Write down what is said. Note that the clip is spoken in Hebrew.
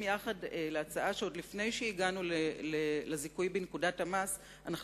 עוד לפני שהגענו לזיכוי בנקודת המס אנחנו